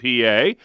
PA